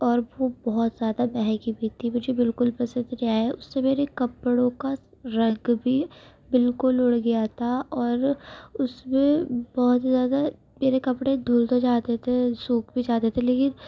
اور وہ بہت زیادہ مہنگی بھی تھی مجھے بالکل پسند نہیں آیا اس سے میرے کپڑوں کا رنگ بھی بالکل اڑ گیا تھا اور اس میں بہت زیادہ میرے کپڑے دھل تو جاتے تھے سوکھ بھی جاتے تھے لیکن